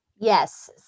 Yes